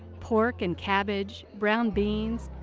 pork and cabbage, brown beans,